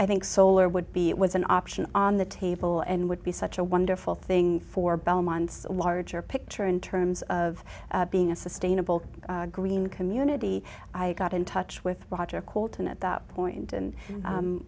i think solar would be it was an option on the table and would be such a wonderful thing for belmont's a larger picture in terms of being a sustainable green community i got in touch with roger colton at that point and